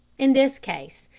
in this case,